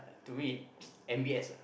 to me M_B_S lah